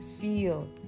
feel